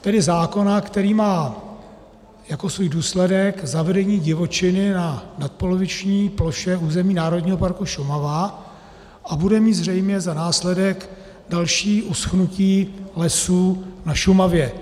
Tedy zákona, který má jako svůj důsledek zavedení divočiny na nadpoloviční ploše území Národního parku Šumava a bude mít zřejmě za následek další uschnutí lesů na Šumavě.